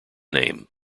name